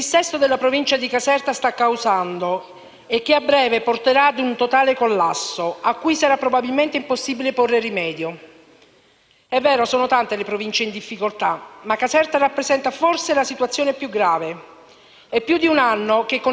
È vero, sono tante le Province in difficoltà, ma Caserta rappresenta forse la situazione più grave. È più di un anno che con interrogazioni, emendamenti in vari provvedimenti, note e solleciti in Aula stiamo denunciando il lento declino di una Provincia intera.